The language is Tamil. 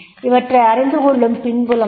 இவற்றை அறிந்துகொள்ளும் பின்புலம் என்ன